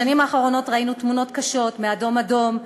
בשנים האחרונות ראינו תמונות קשות מ"אדום אדום",